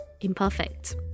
Imperfect